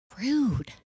rude